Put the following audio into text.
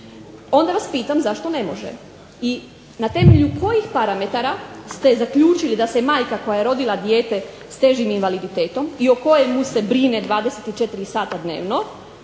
onda vas pitam zašto ne može? I na temelju kojih parametara ste zaključili da se majka koja je rodila dijete s težim invaliditetom i o kojemu se brine 24 sata dnevno,